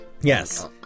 Yes